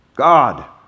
God